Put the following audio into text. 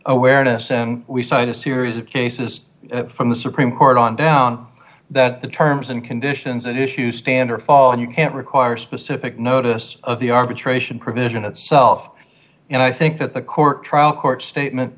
awareness and we cite a series of cases from the supreme court on down that the terms and conditions and issues stand or fall and you can't require a specific notice of the arbitration provision itself and i think that the court trial court statement